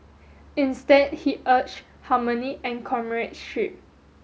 instead he urged harmony and comradeship